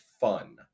fun